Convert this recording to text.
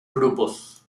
grupos